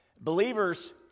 Believers